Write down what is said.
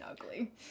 ugly